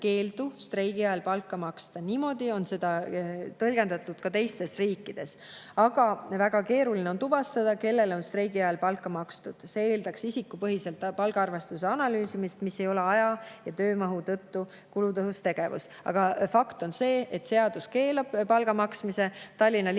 streigi ajal palka maksta. Niimoodi on seda tõlgendatud ka teistes riikides. Aga väga keeruline on tuvastada, kellele on streigi ajal palka makstud. See eeldaks isikupõhiselt palgaarvestuse analüüsimist, mis ei ole aja‑ ja töömahu tõttu kulutõhus tegevus. Aga fakt on see, et seadus keelab [streigi ajal] palga maksmise. Tallinna linn tahtis